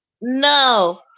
No